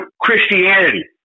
Christianity